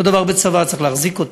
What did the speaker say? אותו דבר בצבא: צריך להחזיק אותו,